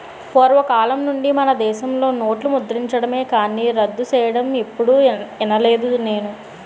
పూర్వకాలం నుండి మనదేశంలో నోట్లు ముద్రించడమే కానీ రద్దు సెయ్యడం ఎప్పుడూ ఇనలేదు నేను